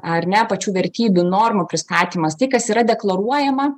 ar ne pačių vertybių normų pristatymas tai kas yra deklaruojama